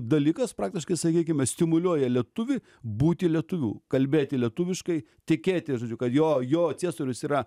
dalykas praktiškai sakykim stimuliuoja lietuvį būti lietuviu kalbėti lietuviškai tikėti žodžiu kad jo jo ciesorius yra